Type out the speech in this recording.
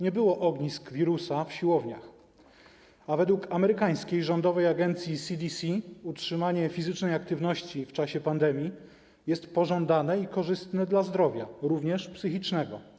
Nie było ognisk wirusa w siłowniach, a według amerykańskiej rządowej agencji CDC utrzymanie fizycznej aktywności w czasie pandemii jest pożądane i korzystne dla zdrowia, również psychicznego.